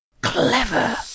Clever